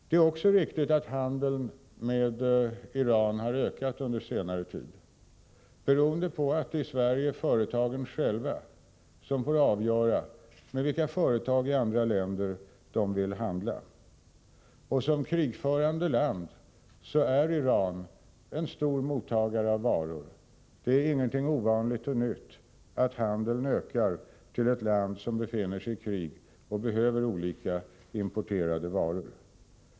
Det är också riktigt att handeln med Iran har ökat under senare tid, beroende på att det i Sverige är företagen själva som får avgöra med vilka företag i andra länder de vill handla. Som krigförande land är Iran en stor mottagare av varor. Det är ingenting ovanligt och nytt att handeln ökar när det gäller ett land som befinner sig i krig och behöver olika importerade varor.